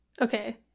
Okay